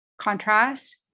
contrast